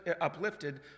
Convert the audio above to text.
uplifted